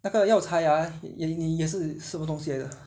那个药材 ah 也是什么东西来的